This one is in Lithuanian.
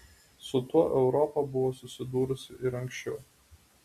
su tuo europa buvo susidūrusi ir anksčiau